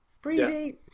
Breezy